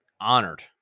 honored